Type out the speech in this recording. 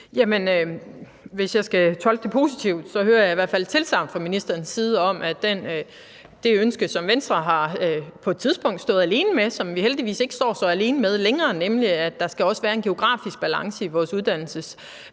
Hvis jeg skal tolke det positivt, hører jeg i hvert fald et tilsagn fra ministerens side om, at det ønske, som Venstre på et tidspunkt har stået alene med, men som vi heldigvis ikke står alene med længere, nemlig at der også skal være en geografisk balance i vores uddannelsessystem